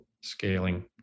scaling